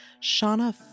Shauna